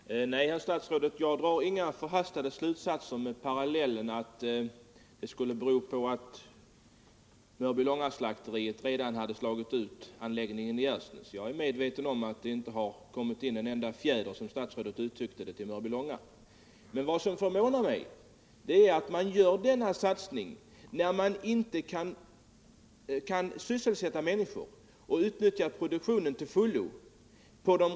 Herr talman! Nej, herr statsråd, jag drar inga förhastade slutsatser om att Mörbylångaslakteriet skulle ha slagit ut anläggningen i Gärsnäs. Jag är medveten om att det inte har kommit en enda fjäder, som statsrådet uttryckte det, från Mörbylångaslakteriet. Men vad som förvånar mig är att man gör denna statliga satsning när de redan befintliga slakterierna inte kan sysselsätta sina anställda och utnyttja produktionen till fullo.